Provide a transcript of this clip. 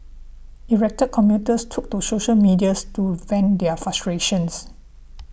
irate commuters took to social medias to vent their frustration